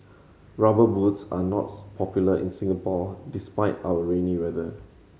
Rubber Boots are not popular in Singapore despite our rainy weather